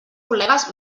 col·legues